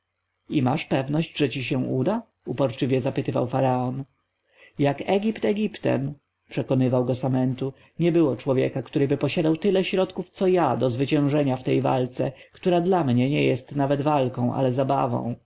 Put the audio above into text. i masz pewność że ci się uda uporczywie zapytywał faraon jak egipt egiptem przekonywał go samentu nie było człowieka coby posiadał tyle środków co ja do zwyciężenia w tej walce która dla mnie nie jest nawet walką ale zabawą